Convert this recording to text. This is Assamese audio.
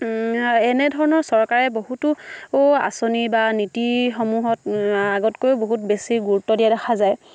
এনেধৰণৰ চৰকাৰে বহুতো আঁচনি বা নীতিসমূহত আগতকৈও বহুত বেছি গুৰুত্ব দিয়া দেখা যায়